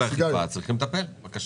אני מבקש